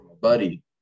buddy